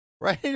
Right